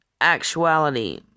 actuality